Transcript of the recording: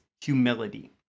humility